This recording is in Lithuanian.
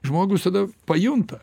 žmogus tada pajunta